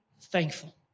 thankful